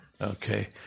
okay